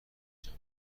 جمع